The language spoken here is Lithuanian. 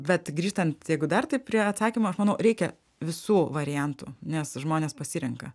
bet grįžtant jeigu dar taip prie atsakymo aš manau reikia visų variantų nes žmonės pasirenka